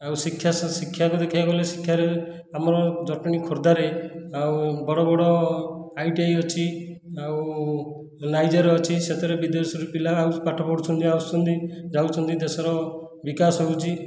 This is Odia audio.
ଆଉ ଶିକ୍ଷା ଶିକ୍ଷାକୁ ଦେଖିବାକୁ ଗଲେ ଶିକ୍ଷାରେ ଆମର ଜଟଣୀ ଖୋର୍ଦ୍ଧାରେ ଆଉ ବଡ଼ ବଡ଼ ଆଇଟିଆଇ ଅଛି ଆଉ ନାଇଜର ଅଛି ସେଥିରେ ବିଦେଶରୁ ପିଲା ପାଠ ପଢ଼ୁଛନ୍ତି ଆସୁଛନ୍ତି ଯାଉଛନ୍ତି ଦେଶର ବିକାଶ ହେଉଛି